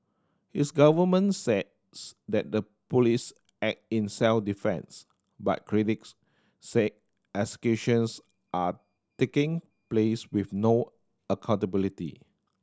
his government says that the police act in self defence but critics say executions are taking place with no accountability